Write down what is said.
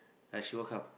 ya she won't come